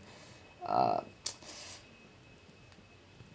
uh